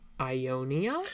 Ionia